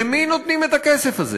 למי נותנים את הכסף הזה?